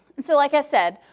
and so like i said,